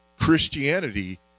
Christianity